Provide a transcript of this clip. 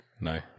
No